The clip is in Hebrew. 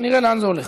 נראה לאן זה הולך.